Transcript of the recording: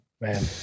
Man